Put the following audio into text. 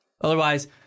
Otherwise